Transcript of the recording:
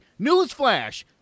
newsflash